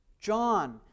John